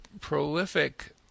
prolific